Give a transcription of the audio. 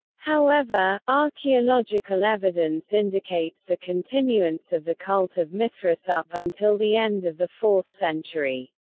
however, archaeological evidence indicates the continuance of the cult of mithras up until the end of the fourth century.